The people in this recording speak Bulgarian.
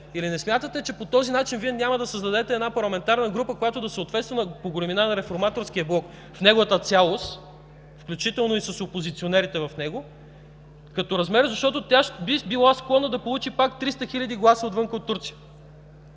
Или не смятате, че по този начин няма да е създадена една парламентарна група, която да съответства по големина на Реформаторския блок в неговата цялост, включително и с опозиционерите в него като размер, защото тя би била склонна да получи пак 300 хиляди гласа от Турция?